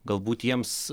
galbūt jiems